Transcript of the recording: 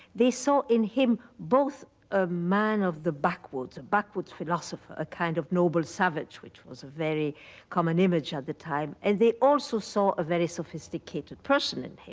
they saw in him both a man of the backwoods, a backwoods philosopher, a kind of noble savage, which was a very common image at the time, and they also saw a very sophisticated person in him,